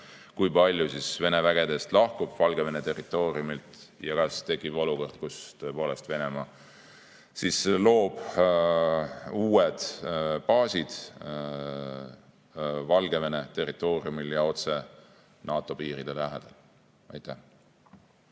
kui palju siis Vene vägedest lahkub Valgevene territooriumilt ja kas tekib olukord, kus tõepoolest Venemaa loob uued baasid Valgevene territooriumil ja otse NATO piiride lähedal. Head